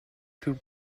plus